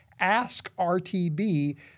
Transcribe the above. askrtb